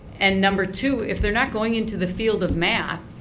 and number two if they're not going into the field of math,